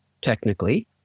technically